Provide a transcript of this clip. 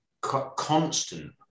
constant